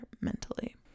mentally